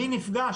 מי נפגע?